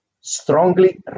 strongly